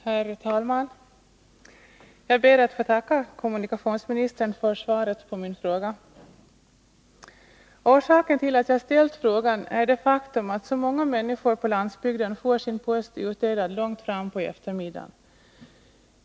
Herr talman! Jag ber att få tacka kommunikationsministern för svaret på min fråga. Orsaken till att jag har ställt frågan är det faktum att så många människor på landsbygden får sin post utdelad långt fram på eftermiddagen.